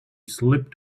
slipped